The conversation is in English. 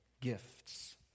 gifts